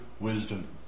wisdom